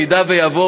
אם יעבור,